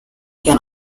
can